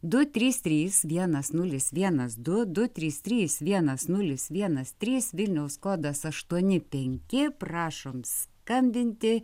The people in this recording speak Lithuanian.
du trys trys vienas nulis vienas du du trys trys vienas nulis vienas trys vilniaus kodas aštuoni penki prašom skambinti